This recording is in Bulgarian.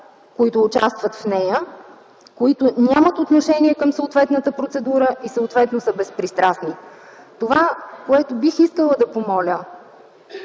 които участват в него, които нямат отношение към съответната процедура и съответно са безпристрастни. Това, което бих искала да помоля,